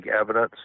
evidence